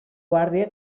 guàrdia